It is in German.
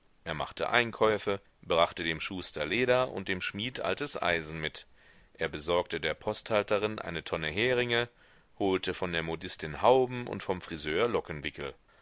er machte einkäufe brachte dem schuster leder und dem schmied altes eisen mit er besorgte der posthalterin eine tonne heringe holte von der modistin hauben und vom friseur